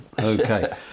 Okay